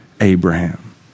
Abraham